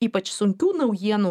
ypač sunkių naujienų